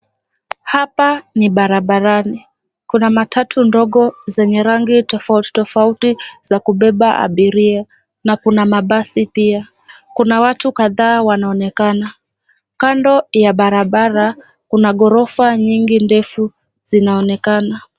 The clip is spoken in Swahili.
Hapa ni barabarani. Kuna matatu ndogo zenye rangi tofautitofauti za kubeba abiria na kuna mabasi pia. Kuna watu kadhaa wanaonekana. Kando ya barabara kuna ghorofa nyingi ndefu zinaonekana.